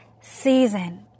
season